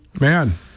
Man